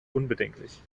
unbedenklich